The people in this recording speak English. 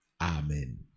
Amen